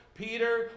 Peter